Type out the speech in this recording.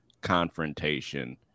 confrontation